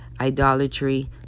idolatry